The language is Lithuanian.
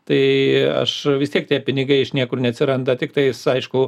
tai aš vis tiek tie pinigai iš niekur neatsiranda tiktais aišku